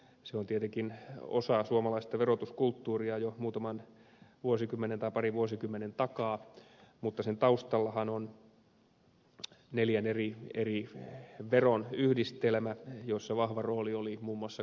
se on tietenkin osa suomalaista verotuskulttuuria jo parin vuosikymmenen takaa mutta sen taustallahan on neljän eri veron yhdistelmä jossa vahva rooli oli muun muassa katumaksuilla